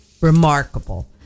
remarkable